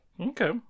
Okay